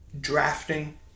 drafting